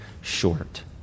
short